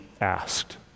asked